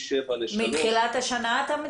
אתה מדבר על מתחילת השנה?